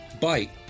Bite